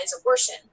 abortion